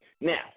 Now